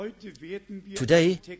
today